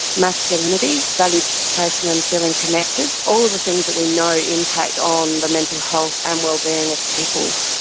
masculinity, valued participation and feeling connected, all of the things that we know impact on the mental health and wellbeing of people.